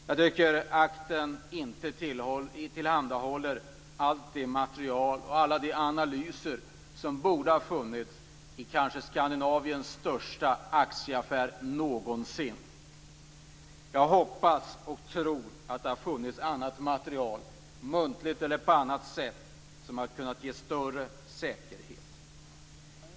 Jag tycker att akten inte tillhandahåller allt det material och alla de analyser som borde ha funnits med vid Skandinaviens kanske största aktieaffär någonsin. Jag hoppas och tror att det har funnits annat material, muntligt eller på annat sätt, som skulle ha kunnat ge en större säkerhet.